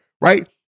right